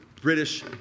British